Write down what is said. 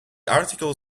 article